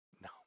No